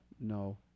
no